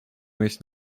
mieć